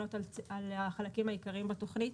שאמונות על החלקים העיקריים בתוכנית.